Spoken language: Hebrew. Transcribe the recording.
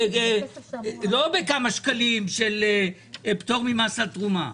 לא בכמה שקלים של פטור ממס על תרומה.